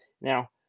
Now